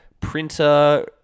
printer